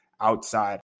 outside